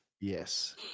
Yes